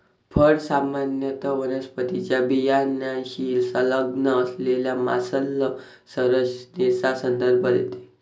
फळ सामान्यत वनस्पतीच्या बियाण्याशी संलग्न असलेल्या मांसल संरचनेचा संदर्भ देते